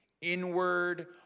inward